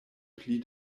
pli